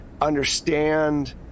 understand